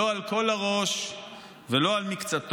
לא על כל הראש ולא על מקצתו.